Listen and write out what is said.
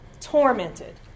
tormented